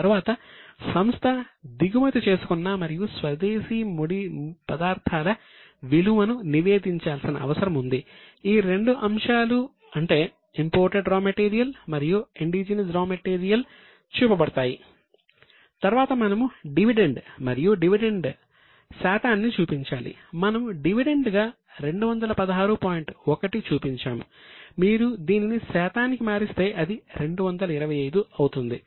తర్వాత సంస్థ దిగుమతి చేసుకున్న మరియు స్వదేశీ ముడి పదార్థాల విలువను నివేదించాల్సిన అవసరం ఉంది